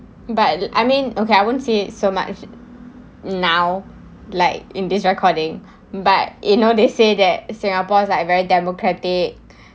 but I mean okay I won't say so much now like in this recording but you know they say that singapore is like very democratic